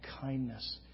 kindness